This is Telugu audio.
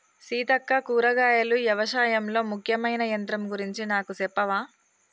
సీతక్క కూరగాయలు యవశాయంలో ముఖ్యమైన యంత్రం గురించి నాకు సెప్పవా